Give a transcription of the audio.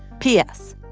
p s.